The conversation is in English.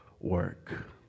work